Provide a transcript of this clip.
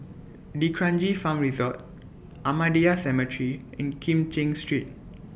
D'Kranji Farm Resort Ahmadiyya Cemetery and Kim Cheng Street